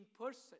person